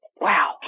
Wow